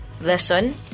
lesson